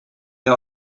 are